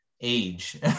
age